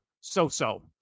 so-so